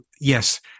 yes